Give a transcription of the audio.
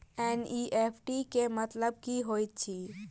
NEFT केँ मतलब की होइत अछि?